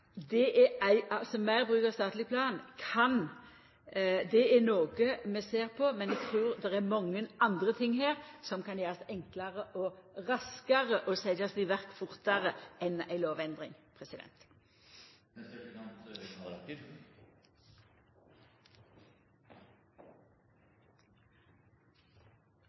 Meir bruk av statleg plan er noko vi ser på, men eg trur det er mykje anna som kan gjerast enklare og raskare og setjast i verk fortare enn ei lovendring.